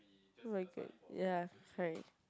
very good ya fine